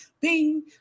bing